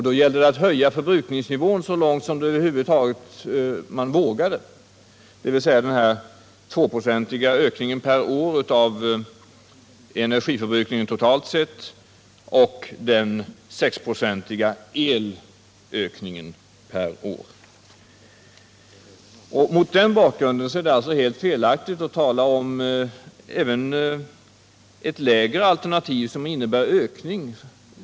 Då gällde det att höja förbrukningsnivån så långt man vågade, dvs. den 2-procentiga ökningen per år av energiförbrukningen totalt sett och den 6-procentiga elökningen per år. Mot den bakgrunden är det helt felaktigt att tala ens om ett lägre alternativ som innebär ökning.